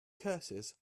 curses